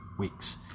weeks